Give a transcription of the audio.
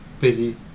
busy